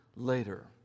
Later